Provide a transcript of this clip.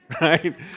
right